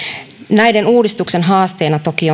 näiden uudistusten haasteena toki